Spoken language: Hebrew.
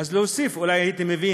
אז להוסיף, אולי הייתי מבין